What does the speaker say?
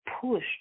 Push